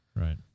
Right